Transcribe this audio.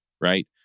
right